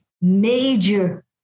major